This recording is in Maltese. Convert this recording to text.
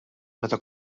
meta